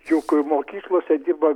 juk mokyklose dirba